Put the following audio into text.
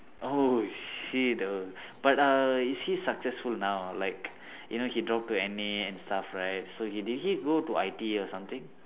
oh shit but uh is he successful now like you know he drop to N_A and stuff right so he did he go to I_T_E or something